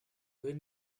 when